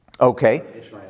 Okay